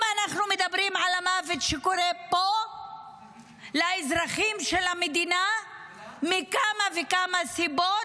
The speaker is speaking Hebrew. אם אנחנו מדברים על המוות שקורה פה לאזרחים של המדינה מכמה וכמה סיבות,